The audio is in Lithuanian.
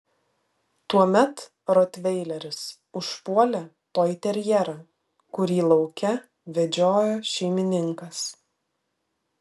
tuomet rotveileris užpuolė toiterjerą kurį lauke vedžiojo šeimininkas